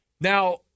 now